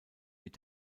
mit